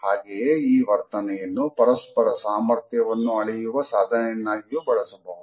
ಹಾಗೆಯೇ ಈ ವರ್ತನೆಯನ್ನು ಪರಸ್ಪರ ಸಾಮರ್ಥ್ಯವನ್ನು ಅಳಿಯುವ ಸಾಧನೆಯನ್ನಾಗಿಯು ಬಳಸಬಹುದು